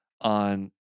on